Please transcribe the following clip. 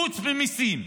חוץ ממיסים,